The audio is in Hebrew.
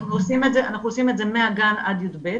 אנחנו עושים את זה מהגן עד י"ב,